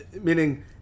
meaning